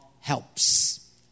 Helps